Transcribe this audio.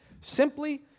simply